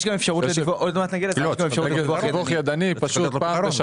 יש גם אפשרות לדיווח ידני פשוט, פעם בשנה.